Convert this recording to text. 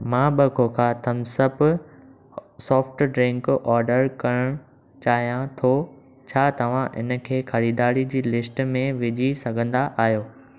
मां ॿ Coca Thums Up soft ड्रिन्कु ऑर्डर करणु चाहियां थो छा तव्हां इन खे ख़रीदारी जी लिस्टु में विझी सघंदा आहियो